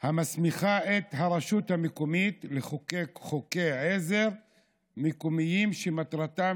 המסמיכה את הרשות המקומית לחוקק חוקי עזר מקומיים שמטרתם